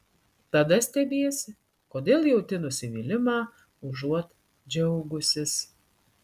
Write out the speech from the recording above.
tada stebiesi kodėl jauti nusivylimą užuot džiaugusis